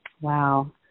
wow